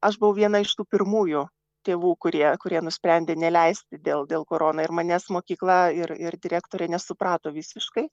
aš buvau viena iš tų pirmųjų tėvų kurie kurie nusprendė neleisti dėl dėl korona ir manęs mokykla ir ir direktorė nesuprato visiškai